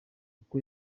uko